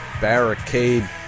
Barricade